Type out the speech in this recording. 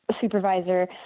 supervisor